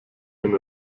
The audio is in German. den